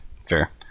fair